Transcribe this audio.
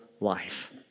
life